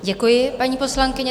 Děkuji, paní poslankyně.